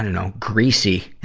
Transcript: i dunno, greasy,